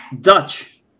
Dutch